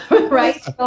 right